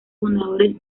fundadores